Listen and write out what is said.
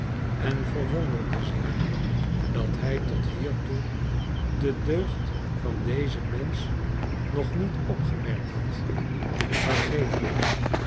en verwonderde zich dat hij tot hiertoe de deugd van dezen mensch nog niet opgemerkt had vergeef mij